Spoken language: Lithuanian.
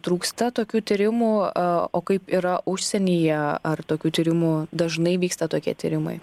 trūksta tokių tyrimų o kaip yra užsienyje ar tokių tyrimų dažnai vyksta tokie tyrimai